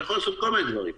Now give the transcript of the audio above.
אתה יכול לעשות כל מיני דברים.